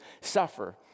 suffer